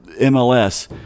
MLS